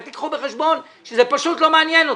רק תיקחו בחשבון שזה פשוט לא מעניין אותי.